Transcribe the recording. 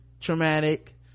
traumatic